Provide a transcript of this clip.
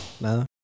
Nada